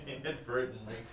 inadvertently